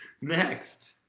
Next